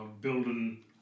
building